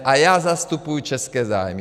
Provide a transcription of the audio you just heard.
A já zastupuju české zájmy.